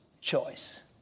choice